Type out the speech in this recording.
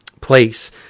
place